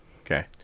Okay